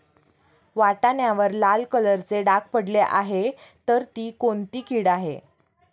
वाटाण्यावर लाल कलरचे डाग पडले आहे तर ती कोणती कीड आहे?